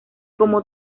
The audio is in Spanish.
cómo